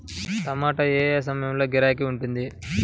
టమాటా ఏ ఏ సమయంలో గిరాకీ ఉంటుంది?